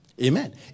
Amen